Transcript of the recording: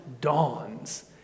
dawns